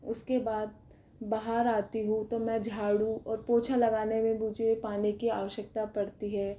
उसके बाद बाहर आती हूँ तो मैं झाड़ू और पोछा लगाने में भी मुझे पानी की आवश्यकता पड़ती है